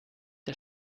der